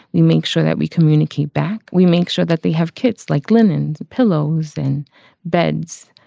we make sure that we communicate back. we make sure that they have kids like linens, pillows and beds.